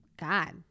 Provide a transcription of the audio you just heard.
God